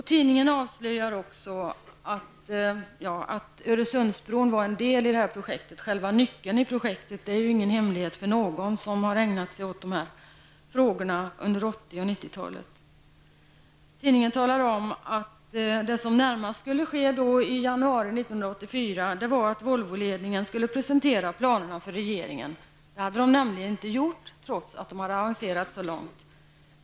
Tidningen avslöjar också att Öresundsbron var själva nyckeln i det här projektet, vilket inte är någon hemlighet för någon som har ägnat sig åt de här frågorna under 80-och Tidningen skriver att det som närmast skulle ske i januari 1984 var att Volvoledningen skulle presentera planerna för regeringen. Det hade Volvo nämligen inte gjort trots att planerna hade avancerat så långt.